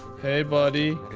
hey buddy.